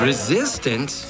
Resistance